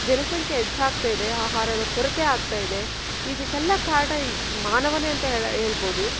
ಜನಸಂಖ್ಯೆ ಹೆಚ್ಚಾಗ್ತಾ ಇದೆ ಆಹಾರದ ಕೊರತೆ ಆಗ್ತಾ ಇದೆ ಇದಕ್ಕೆಲ್ಲ ಕಾರಣ ಮಾನವನೇ ಅಂತ ಹೇಳ್ಬೋದು